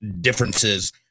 differences